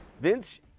Vince